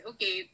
Okay